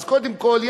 אז קודם כול,